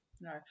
no